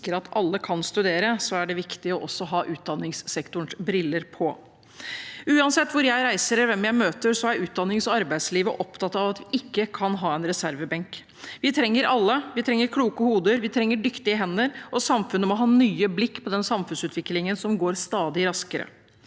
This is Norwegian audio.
at alle kan studere, er det viktig å ha utdanningssektorens briller på. Uansett hvor jeg reiser, eller hvem jeg møter, er utdannings- og arbeidslivet opptatt av at vi ikke kan ha en reservebenk. Vi trenger alle. Vi trenger kloke hoder, og vi trenger dyktige hender. Samfunnet må ha nye blikk på samfunnsutviklingen, som går stadig raskere.